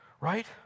right